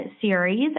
series